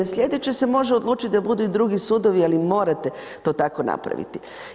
Sljedeće se može odlučiti da budu i drugi sudovi, ali morate to tako napraviti.